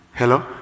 Hello